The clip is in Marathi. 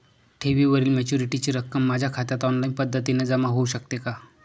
ठेवीवरील मॅच्युरिटीची रक्कम माझ्या खात्यात ऑनलाईन पद्धतीने जमा होऊ शकते का?